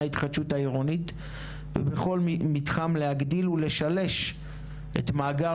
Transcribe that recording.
ההתחדשות העירונית ובכל מתחם להגדיל ולשלש את מאגר